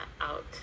out